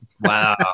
Wow